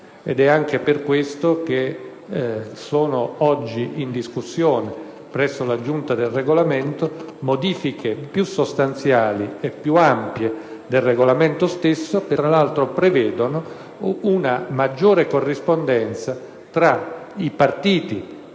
Anche per questo motivo, sono oggi in discussione presso la Giunta per il Regolamento modifiche più sostanziali e più ampie del Regolamento stesso che, tra l'altro, prevedono una maggiore corrispondenza tra i partiti,